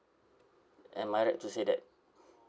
am I right to say that